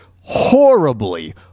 horribly